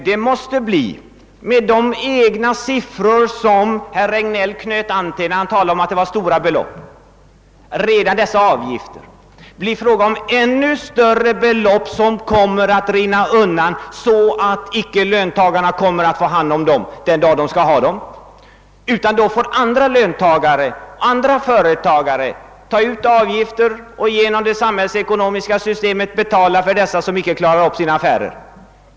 Det måste redan med de avgifter herr Regnéll själv knöt an till, när han talade om att det gällde stora belopp, bli frågan om ännu större belopp som kommer att rinna undan så att icke löntagarna kommer att få hand om dem den dag de skall ha dem. Då får dessa avgifter tas ut av andra löntagare och andra företagare som på grund av det samhällsekonomiska systemet får betala för dessa som icke klarar upp sina affärer.